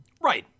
Right